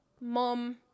mom